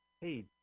Hey